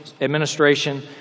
administration